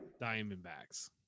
Diamondbacks